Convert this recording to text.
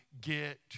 get